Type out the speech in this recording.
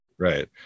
Right